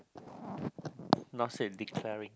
not say declaring